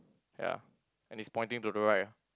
ya and it's pointing to the right ah